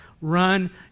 run